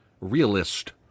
realist